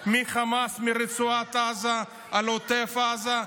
מחמאס, מרצועת עזה, על עוטף עזה,